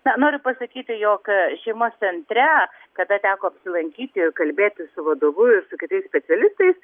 na noriu pasakyti jog šeimos centre kada teko apsilankyti kalbėtis su vadovu ir su kitais specialistais